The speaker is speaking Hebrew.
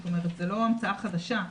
זו לא המצאה חדשה,